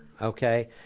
Okay